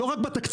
לא רק בתקציב.